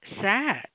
sad